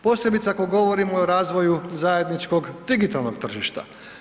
Posebice ako govorimo i o razvoju zajedničkog digitalnog tržišta.